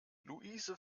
luise